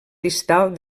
distal